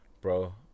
Bro